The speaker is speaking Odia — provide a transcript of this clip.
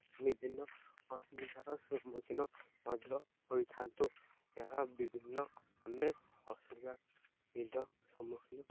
ବିଭିନ୍ନ ଅସୁବିଧାର ସମ୍ମୁଖୀନ ମଧ୍ୟ ହୋଇଥାନ୍ତୁ ଏହା ବିଭିନ୍ନ ଆମେ ଅସୁବିଧା ବିଧ ସମ୍ମୁଖୀନ